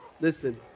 listen